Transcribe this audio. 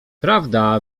prawda